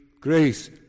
grace